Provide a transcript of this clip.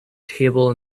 table